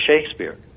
Shakespeare